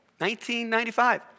1995